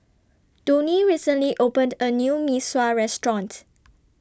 Donie recently opened A New Mee Sua Restaurant